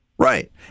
Right